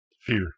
fear